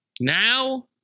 Now